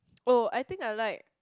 oh I think I like